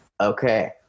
Okay